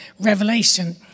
Revelation